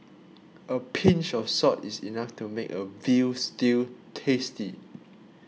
a pinch of salt is enough to make a Veal Stew tasty